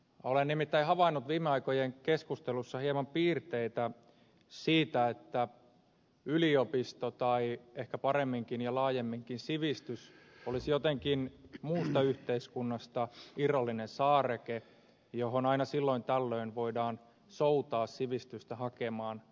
olen nimittäin havainnut viime aikojen keskustelussa hieman piirteitä siitä että yliopisto tai ehkä paremminkin ja laajemminkin sivistys olisi jotenkin muusta yhteiskunnasta irrallinen saareke johon aina silloin tällöin voidaan soutaa sivistystä hakemaan